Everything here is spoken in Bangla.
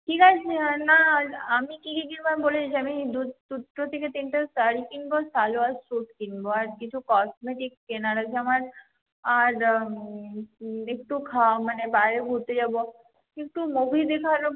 ঠিক আছে না আমি কী কী কিনব আমি বলে দিচ্ছি আমি দুটো থেকে তিনটে শাড়ি কিনব সালোয়ার স্যুট কিনব আর কিছু কসমেটিক্স কেনার আছে আমার আর একটু মানে বাইরে ঘুরতে যাব একটু মুভি দেখারও